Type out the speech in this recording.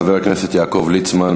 חבר הכנסת יעקב ליצמן,